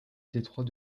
détroit